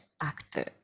actor